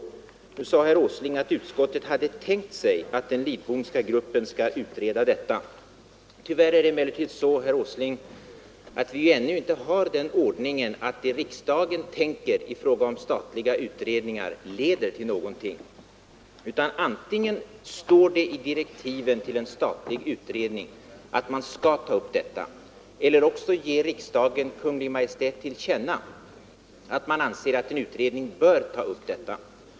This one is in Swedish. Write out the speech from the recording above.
På det svarade herr Åsling att utskottet hade tänkt sig att den Lidbomska gruppen skall utreda detta. Tyvärr är det emellertid så, herr Åsling, att vi ännu inte har den ordningen att det riksdagen tänker i fråga om statliga utredningar leder till någonting. Antingen uttalas det i direktiven till en statlig utredning att den skall ta upp frågan, eller också ger riksdagen Kungl. Maj:t till känna att riksdagen anser att utredningen bör ta upp den.